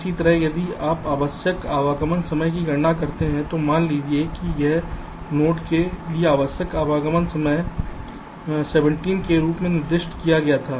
इसी तरह यदि आप आवश्यक आगमन समय की गणना करते हैं तो मान लीजिए कि इस नोड के लिए आवश्यक आगमन समय 17 के रूप में निर्दिष्ट किया गया था